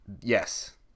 Yes